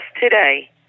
today